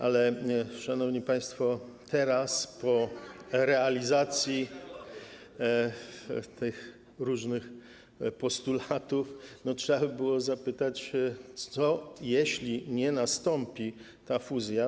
ale szanowni państwo, teraz, po realizacji tych różnych postulatów trzeba by było zapytać: Co, jeśli nie nastąpi ta fuzja?